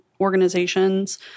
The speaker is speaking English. organizations